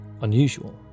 unusual